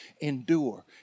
endure